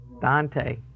Dante